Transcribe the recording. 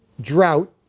drought